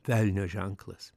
velnio ženklas